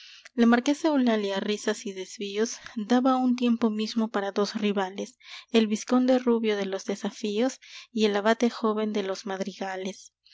la marquesa eulalia risas y desvíos daba a un tiempo mismo para dos rivales el vizconde rubio de los desafíos y el abate joven de los madrigales